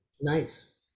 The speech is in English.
Nice